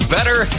Better